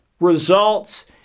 Results